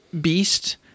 beast